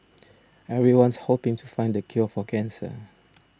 everyone's hoping to find the cure for cancer